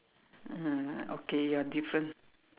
ah okay you are different